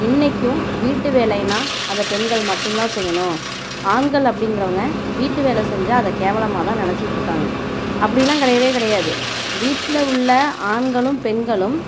இன்றைக்கும் வீட்டு வேலைனா அதை பெண்கள் மட்டும்தான் செய்யணும் ஆண்கள் அப்படிங்றவங்க வீட்டு வேலை செஞ்சா அதை கேவலமாகதான் நினச்சிட்டு இருக்காங்க அப்படிலா கிடையவே கிடையாது வீட்டில் உள்ள ஆண்களும் பெண்களும்